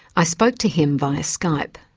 i spoke to him via skype.